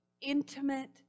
intimate